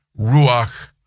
Ruach